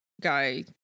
guy